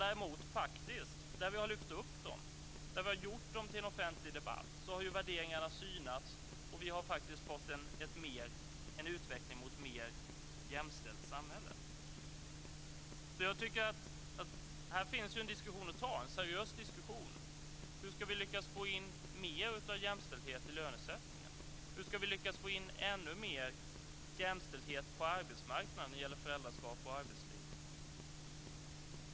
Där vi däremot har lyft upp dem och gjort dem till en offentlig debatt har värderingarna synats och vi har faktiskt fått en utveckling mot ett mer jämställt samhälle. Här finns en seriös diskussion att ta: Hur ska vi lyckas få in mer av jämställdhet i lönesättningen? Hur ska vi lyckas få in ännu mer jämställdhet på arbetsmarknaden när det gäller föräldraskap och arbetsliv?